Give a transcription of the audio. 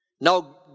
Now